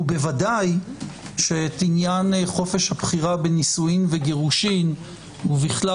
ובוודאי שאת עניין חופש הבחירה בנישואין וגירושין ובכלל